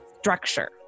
structure